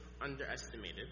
underestimated